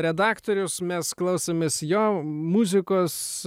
redaktorius mes klausomės jo muzikos